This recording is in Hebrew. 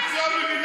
את לא מבינה.